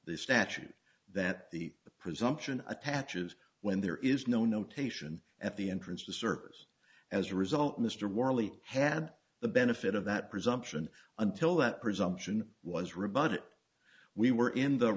the statute that the presumption attaches when there is no notation at the entrance to servers as a result mr morley had the benefit of that presumption until that presumption was rebut we were in the